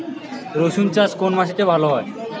রুসুন চাষ কোন মাটিতে ভালো হয়?